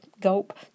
gulp